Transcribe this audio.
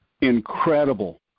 incredible